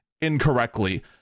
incorrectly